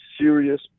serious